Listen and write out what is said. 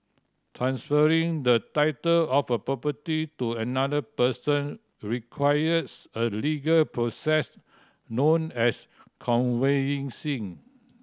transferring the title of a property to another person requires a legal process known as conveyancing